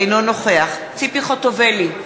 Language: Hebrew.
אינו נוכח ציפי חוטובלי,